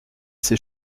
ses